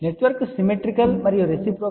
network symmetrical మరియు reciprocal